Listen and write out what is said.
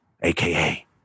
aka